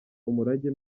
umurage